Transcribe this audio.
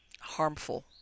harmful